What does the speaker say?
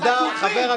תקשיבי,